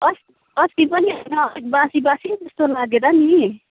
अस् अस्ति पनि अलिक बासी बासी जस्तो लागेर नि